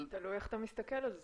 תלוי איך אתה מסתכל על זה.